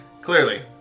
Clearly